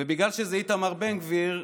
ובגלל שזה איתמר בן גביר,